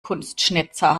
kunstschnitzer